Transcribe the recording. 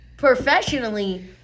professionally